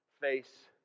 face